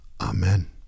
Amen